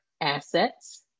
assets